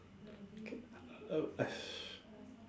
okay uh uh I